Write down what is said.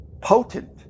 potent